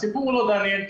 הסיפור הוא לא דניאל,